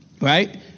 right